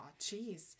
Jeez